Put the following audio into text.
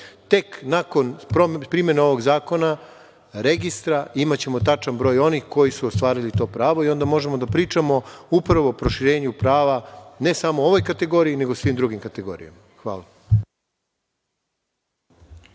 Tek nakon primene ovog zakona, registra, imaćemo tačan broj onih koji su ostvarili to pravo i onda možemo da pričamo upravo o proširenju prava ne samo ovoj kategoriji, nego i svim drugim kategorijama. Hvala.